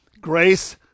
Grace